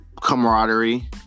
camaraderie